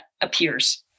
appears